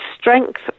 strength